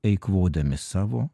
eikvodami savo